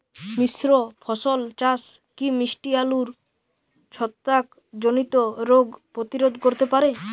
মিশ্র ফসল চাষ কি মিষ্টি আলুর ছত্রাকজনিত রোগ প্রতিরোধ করতে পারে?